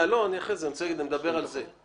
שהנושא